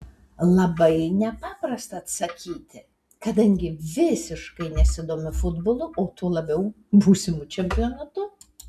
labai nepaprasta atsakyti kadangi visiškai nesidomiu futbolu o tuo labiau būsimu čempionatu